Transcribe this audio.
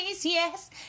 yes